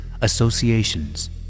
associations